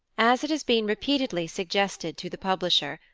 as it has been repeatedly suggested to the publisher,